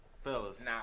Fellas